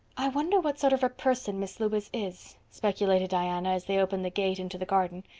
i wonder what sort of a person miss lewis is, speculated diana as they opened the gate into the garden.